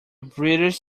british